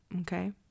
Okay